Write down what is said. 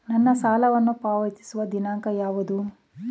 ನನ್ನ ಸಾಲವನ್ನು ಪಾವತಿಸುವ ದಿನಾಂಕ ಯಾವುದು?